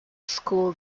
school